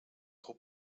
fou